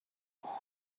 فرار